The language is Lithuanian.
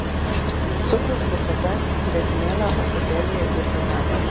cukrus bufete grietinėlė ąsotėlyje irgi ten